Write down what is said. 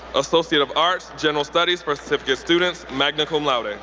associate of arts, general studies for certificate students, magna cum laude. ah